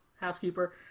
Housekeeper